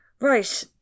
right